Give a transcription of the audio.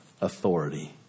authority